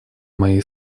моей